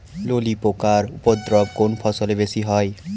ললি পোকার উপদ্রব কোন ফসলে বেশি হয়?